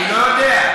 אני לא יודע.